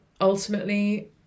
ultimately